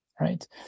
right